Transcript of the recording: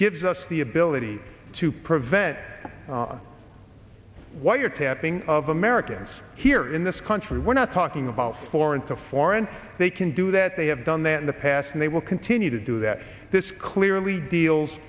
gives us the ability to prevent wiretapping of americans here in this country we're not talking about foreign to foreign they can do that they have done that in the past and they will continue to do that this clearly deals